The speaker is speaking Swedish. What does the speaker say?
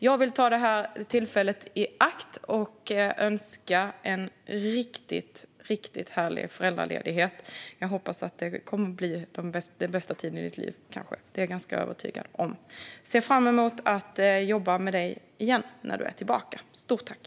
Jag vill ta det här tillfället i akt att önska en riktigt härlig föräldraledighet. Det kommer kanske att bli den bästa tiden i ditt liv - det är jag ganska övertygad om. Jag ser fram emot att jobba med dig igen, Rasmus Ling, när du är tillbaka. Stort tack!